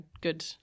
good